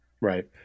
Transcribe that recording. Right